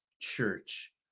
church